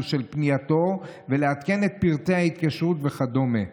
של פנייתו ולעדכן את פרטי ההתקשרות וכדומה.